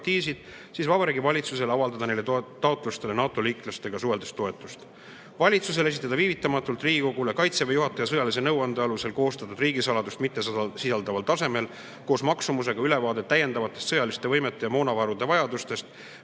siis Vabariigi Valitsusel tuleks avaldada neile taotlustele NATO-liitlastega suheldes toetust. Valitsusel tuleks viivitamatult esitada Riigikogule Kaitseväe juhataja sõjalise nõuande alusel koostatud, riigisaladust mittesisaldaval tasemel ülevaade – koos maksumusega – täiendavatest sõjaliste võimete ja moonavarude vajadustest,